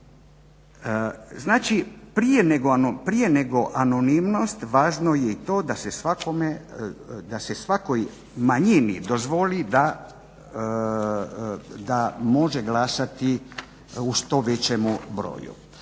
Znači prije nego anonimnost važno je i to da se svakoj manjini dozvoli da može glasati u što većemu broju.